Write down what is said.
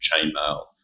Chainmail